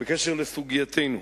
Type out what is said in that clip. בקשר לסוגייתנו,